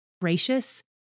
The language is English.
gracious